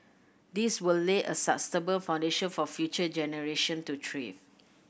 this will lay a sustainable foundation for future generation to thrive